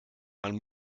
man